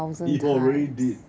if already did